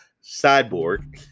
sideboard